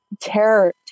terror